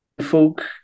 folk